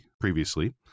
previously